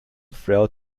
throughout